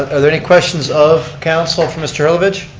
ah there any questions of council for mr. herlovich?